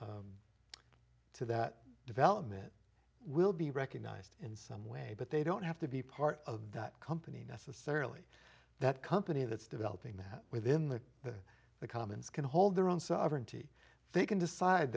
to that development will be recognized in some way but they don't have to be part of that company necessarily that company that's developing that within the the the commons can hold their own sovereignty they can decide